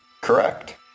Correct